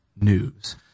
news